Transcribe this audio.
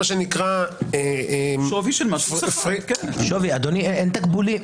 ואז- -- אדוני, אין תקבולים.